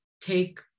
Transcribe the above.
take